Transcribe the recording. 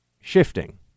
shifting